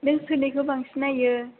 नों सोरनिखौ बांसिन नायो